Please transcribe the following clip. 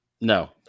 No